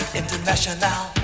international